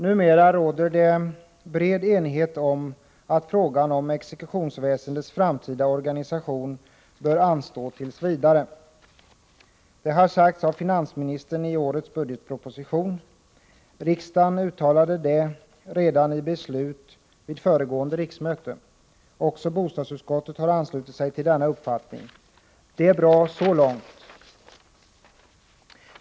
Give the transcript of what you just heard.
Numera råder det bred enighet om att frågan om exekutionsväsendets framtida organisation bör anstå tills vidare, vilket också har anförts av finansministern i årets budgetproposition. Riksdagen uttalade detta redan i beslut vid föregående riksmöte. Också bostadsutskottet har anslutit sig till denna uppfattning. Det är bra så långt.